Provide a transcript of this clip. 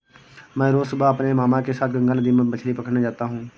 मैं रोज सुबह अपने मामा के साथ गंगा नदी में मछली पकड़ने जाता हूं